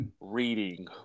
reading